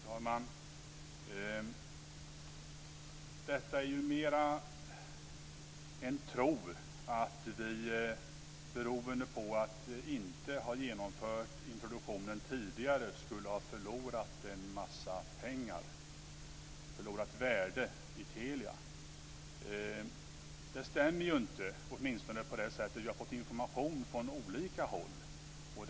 Fru talman! Det är mer en tro att vi beroende på att vi inte har genomfört introduktionen tidigare skulle ha förlorat en massa pengar, värde, i Telia. Det stämmer inte, åtminstone inte med den information vi har fått från olika håll.